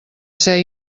ser